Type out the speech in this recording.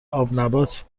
آبنبات